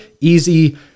Easy